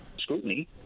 scrutiny